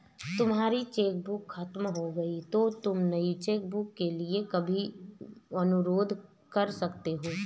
तुम्हारी चेकबुक खत्म हो गई तो तुम नई चेकबुक के लिए भी अनुरोध कर सकती हो